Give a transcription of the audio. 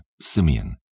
Simeon